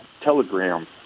Telegram